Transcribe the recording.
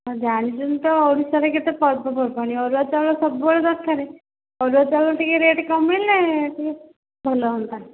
ଜାଣିଛନ୍ତି ତ ଓଡ଼ିଶାରେ କେତେ ପର୍ବପର୍ବାଣି ଅରୁଆ ଚାଉଳ ସବୁବେଳେ ଦରକାରେ ଅରୁଆ ଚାଉଳ ଟିକିଏ ରେଟ୍ କମାଇଲେ ଟିକିଏ ଭଲ ହୁଅନ୍ତା